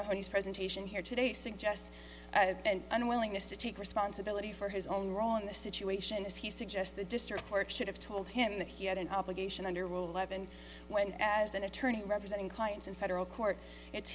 mahoney's presentation here today suggests an unwillingness to take responsibility for his own role in the situation as he suggests the district court should have told him that he had an obligation under rule eleven when as an attorney representing clients in federal court it's